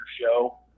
show